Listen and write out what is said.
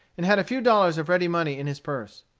and had a few dollars of ready money in his purse.